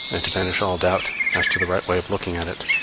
and to banish all doubt as to the right way of looking at it,